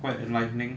quite enlightening